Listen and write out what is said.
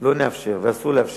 לא נאפשר ואסור לאפשר,